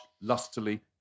lustily